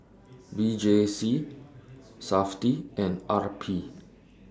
V J C Safti and R P